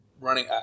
running